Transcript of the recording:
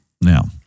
Now